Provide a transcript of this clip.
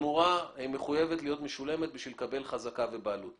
התמורה מחויבת להיות משולמת בשביל לקבל חזקה ובעלות.